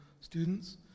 students